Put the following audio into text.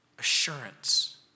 assurance